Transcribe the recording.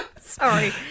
sorry